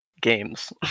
games